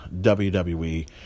WWE